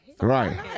Right